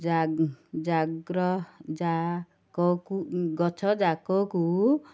ଜାକକୁ ଗଛ ଯାକକୁ